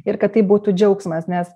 ir kad tai būtų džiaugsmas nes